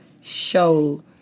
show